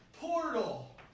portal